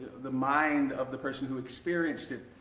the mind of the person who experienced it?